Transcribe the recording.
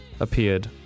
appeared